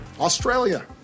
Australia